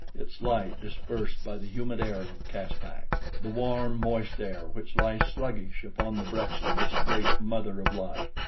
its light dispersed by the humid air of caspak the warm, moist air which lies sluggish upon the breast of this great mother of life,